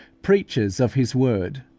preachers of his word,